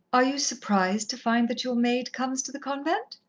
are you surprised to find that your maid comes to the convent?